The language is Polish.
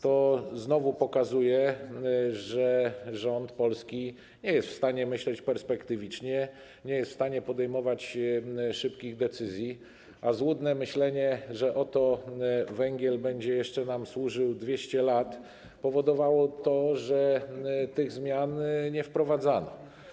To znowu pokazuje, że rząd polski nie jest w stanie myśleć perspektywicznie, nie jest w stanie podejmować szybkich decyzji, a złudne myślenie, że węgiel będzie jeszcze nam służył 200 lat, powodowało to, że tych zmian nie wprowadzano.